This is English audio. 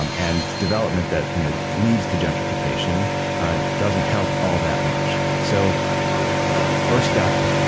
um and development that you know leads to gentrification doesn't help all that much. so first step,